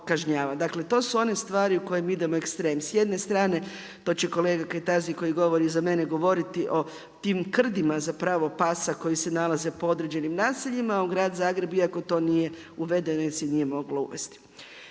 Dakle, to su one stvari u kojem idemo u ekstrem. S jedne strane, to će kolega Kajtazi, koji govori za mene, govoriti o tim krdima, za pravo pasa, koji se nalaze po određenim naseljima, u grad Zagreb, iako to nije uvedeno jer se nije moglo uvesti.